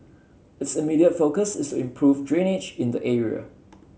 its immediate focus is to improve drainage in the area